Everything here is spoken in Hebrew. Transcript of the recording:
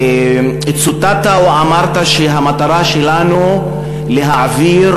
צוטטת או אמרת שהמטרה שלנו להעביר,